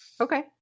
okay